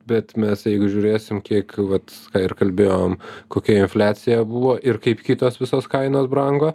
bet mes jeigu žiūrėsim kiek vat ir kalbėjom kokia infliacija buvo ir kaip kitos visos kainos brango